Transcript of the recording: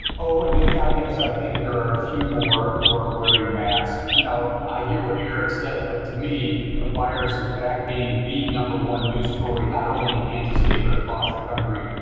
oh, nick, i guess i think there are a few more who are wearing masks. you know, i hear what eric says, but to me the virus is back being the number one news story not only in kansas city but across the country.